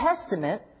Testament